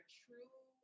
true